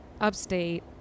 upstate